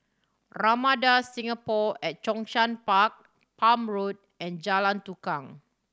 Ramada Singapore at Zhongshan Park Palm Road and Jalan Tukang